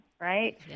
Right